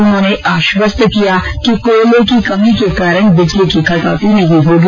उन्होंने आश्वस्त किया कि कोयले की कमी के कारण बिजली की कटौती नहीं होगी